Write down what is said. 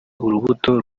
urubuto